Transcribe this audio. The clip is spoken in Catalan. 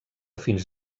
fins